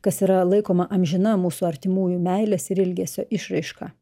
kas yra laikoma amžina mūsų artimųjų meilės ir ilgesio išraiška